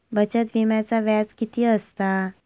बचत विम्याचा व्याज किती असता?